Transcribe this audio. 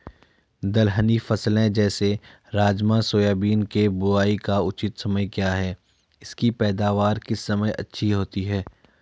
दलहनी फसलें जैसे राजमा सोयाबीन के बुआई का उचित समय क्या है इसकी पैदावार किस समय अच्छी होती है?